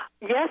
Yes